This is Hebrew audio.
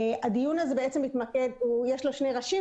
לדיון יש שני ראשים,